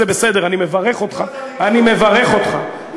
זה בסדר, אני מברך אותך.